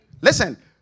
Listen